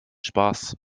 spaß